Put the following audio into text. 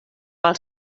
pel